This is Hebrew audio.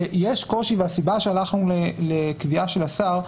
שיש קושי והסיבה שהלכנו לקביעה של השר,